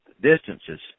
Distances